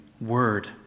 word